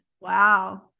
Wow